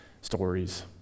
stories